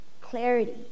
clarity